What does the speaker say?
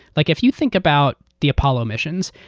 like if you think about the apollo missions,